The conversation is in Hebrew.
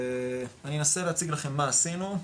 ואני אנסה להציג לכם מה עשינו.